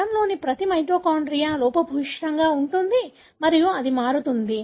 కణంలోని ప్రతి మైటోకాండ్రియా లోపభూయిష్టంగా ఉంటుంది మరియు అది మారుతుంది